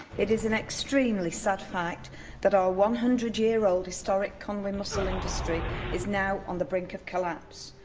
it is an extremely sad fact that our one hundred year old historic conwy mussel industry is now on the brink of collapse.